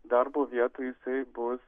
darbo vietų jisai bus